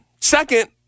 Second